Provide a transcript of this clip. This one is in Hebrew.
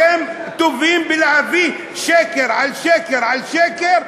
אתם טובים בלהביא שקר על שקר על שקר,